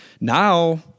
Now